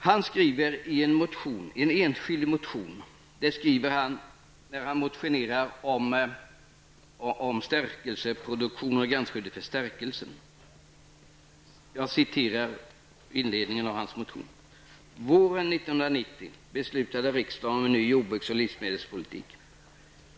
Han har väckt en enskild motion, 1990/91:Jo154, om stärkelseproduktion och gränsskyddet för stärkelse. ''Våren 1990 beslutade riksdagen om en ny jordbruks och livsmedelspolitik.